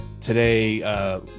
Today